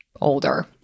older